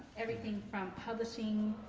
everything from publishing.